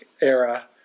era